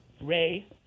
Ray